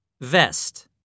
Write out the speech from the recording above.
vest